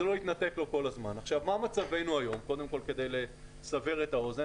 לא יתנתק לו כל הזמן כדי לסבר את האוזן,